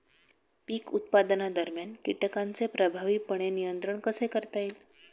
पीक उत्पादनादरम्यान कीटकांचे प्रभावीपणे नियंत्रण कसे करता येईल?